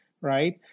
right